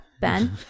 Ben